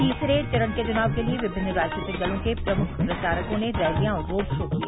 तीसरे चरण के चुनाव के लिए विभिन्न राजनीतिक दलों के प्रमुख प्रचारकों ने रैलियां और रोड़ शो किए